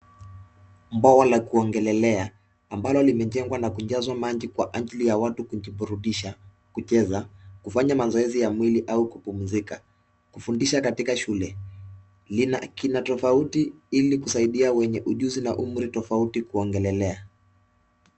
Bwawa la kuogelelea ambalo limejengwa na kujazwa maji kwa ajili ya watu kujiburudisha, kucheza, kufanya mazoezi ya mwili au kupumzika, kufundisha katika shule. Kina tofauti ili kusaidia wenye ujuzi na umri tofauti kuogelelea.